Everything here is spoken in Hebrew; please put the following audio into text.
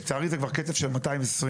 לצערי זה כבר קצב של 220,